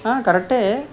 కరెక్టే